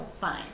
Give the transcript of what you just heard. fine